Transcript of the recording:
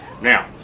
Now